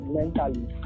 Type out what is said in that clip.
mentally